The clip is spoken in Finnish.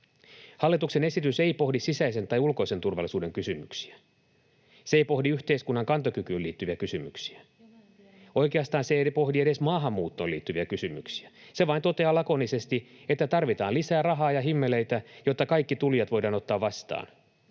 Hallituksen esitys ei pohdi sisäisen tai ulkoisen turvallisuuden kysymyksiä. Se ei pohdi yhteiskunnan kantokykyyn liittyviä kysymyksiä. Oikeastaan se ei pohdi edes maahanmuuttoon liittyviä kysymyksiä. Se vain toteaa lakonisesti, että tarvitaan lisää rahaa ja himmeleitä, jotta kaikki tulijat voidaan ottaa vastaan.